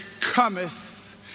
cometh